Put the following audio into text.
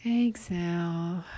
exhale